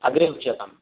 अग्रे उच्यताम्